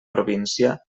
província